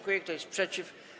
Kto jest przeciw?